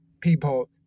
people